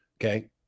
Okay